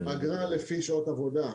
אגרה לפי שעות עבודה.